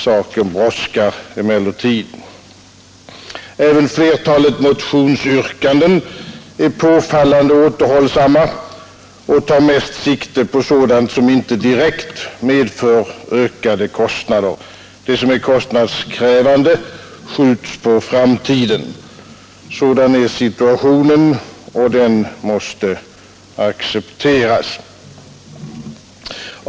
Saken brådskar emellertid. Även flertalet motionsyrkanden är påfallande återhållsamma och tar mest sikte på sådant som inte direkt medför ökade kostnader. De som är kostnadskrävande skjuts på framtiden. Sådan är situationen, och den måste accepteras.